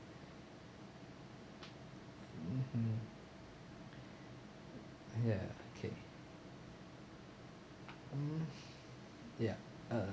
mmhmm ya okay mm ya uh~